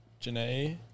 Janae